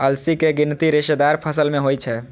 अलसी के गिनती रेशेदार फसल मे होइ छै